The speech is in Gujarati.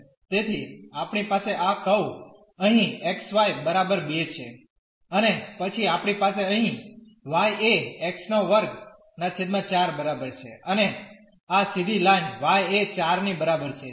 તેથી આપણી પાસે આ કર્વ અહીં xy 2 છે અને પછી આપણી પાસે અહીં y એ x2 4 બરાબર છે અને આ સીધી લાઇન y એ 4 ની બરાબર છે